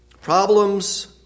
Problems